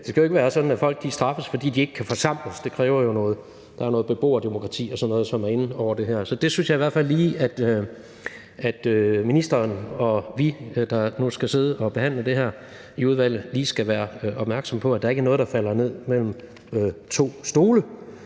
det skal jo ikke være sådan, at folk straffes, fordi de ikke kan forsamles – der er jo noget beboerdemokrati og sådan noget, som er inde over det her. Så det synes jeg i hvert fald at ministeren og vi, der nu skal sidde og behandle det her i udvalget, lige skal være opmærksomme på, altså at der ikke er noget, der falder ned mellem to stole.